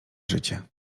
życie